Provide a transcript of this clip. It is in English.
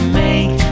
make